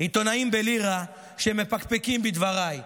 עיתונאים בלירה, שמפקפקים בדבריי.